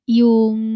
yung